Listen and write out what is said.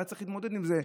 שהיה צריך להתמודד עם זה,